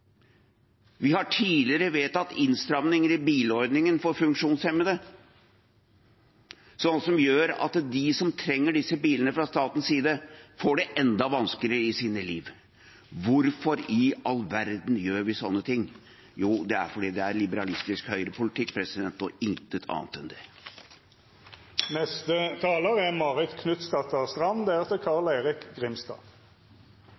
Vi har tidligere vedtatt innstramninger i bilordningen for funksjonshemmede, noe som gjør at de som trenger disse bilene, får det enda vanskeligere i sine liv. Hvorfor i all verden gjør vi sånne ting? Jo, det er fordi det er liberalistisk høyrepolitikk – og intet annet enn det. Høyre er